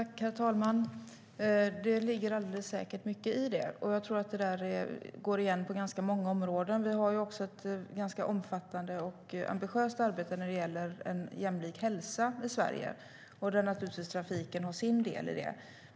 Herr talman! Det ligger säkert mycket i det. Jag tror att det gäller ganska många områden. Vi har också ett ganska omfattande och ambitiöst arbete när det gäller jämlik hälsa i Sverige. Och trafiken har sin del i det.